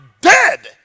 dead